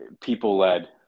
people-led